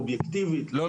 אובייקטיבית --- לא,